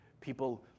people